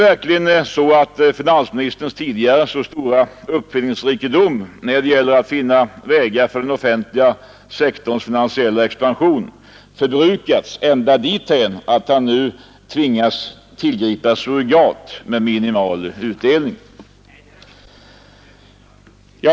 Har finansministerns tidigare så stora uppfinningsrikedom när det gäller att finna vägar för den offentliga sektorns finansiella expansion förbrukats ända dithän att han nu tvingas tillgripa surrogat med minimal utdelning?